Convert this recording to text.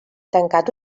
tancat